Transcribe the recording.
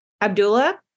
Abdullah